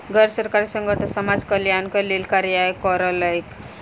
गैर सरकारी संगठन समाज कल्याणक लेल कार्य कयलक